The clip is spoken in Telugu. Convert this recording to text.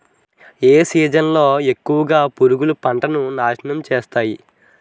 ఏ సీజన్ లో ఎక్కువుగా పురుగులు పంటను నాశనం చేస్తాయి?